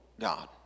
God